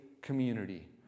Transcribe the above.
community